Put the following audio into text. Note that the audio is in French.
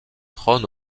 trône